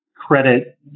credit